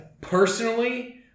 Personally